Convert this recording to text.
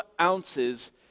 ounces